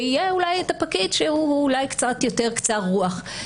ויהיה אולי את הפקיד שהוא אולי קצת יותר קצר רוח.